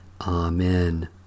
Amen